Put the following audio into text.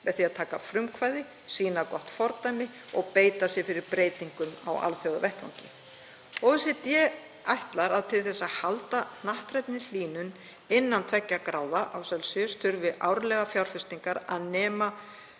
með því að taka frumkvæði, sýna gott fordæmi og beita sér fyrir breytingum á alþjóðavettvangi. OECD ætlar að til þess að halda hnattrænni hlýnun innan 2,0°C þurfi árlegar fjárfestingar að nema